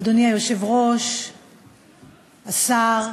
אדוני היושב-ראש, השר,